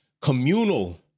communal